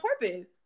purpose